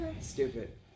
Stupid